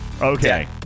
okay